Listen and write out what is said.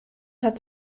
hat